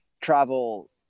travel